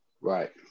Right